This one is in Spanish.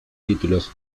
títulos